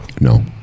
No